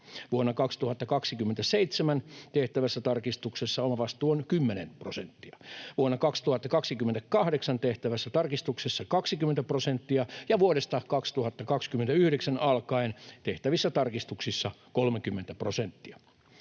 Vuonna 2027 tehtävässä tarkistuksessa omavastuu on kymmenen prosenttia, vuonna 2028 tehtävässä tarkistuksessa 20 prosenttia ja vuodesta 2029 alkaen tehtävissä tarkistuksissa 30 prosenttia.